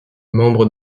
membre